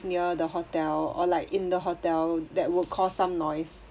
near the hotel or like in the hotel that will cause some noise